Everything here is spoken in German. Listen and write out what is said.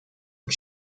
und